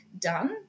done